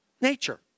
Nature